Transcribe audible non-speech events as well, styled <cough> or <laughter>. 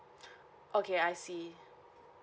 <breath> okay I see